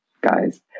guys